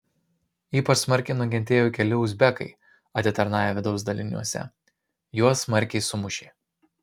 ypač smarkiai nukentėjo keli uzbekai atitarnavę vidaus daliniuose juos smarkiai sumušė